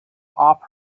off